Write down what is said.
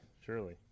surely